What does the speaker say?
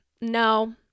no